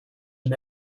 and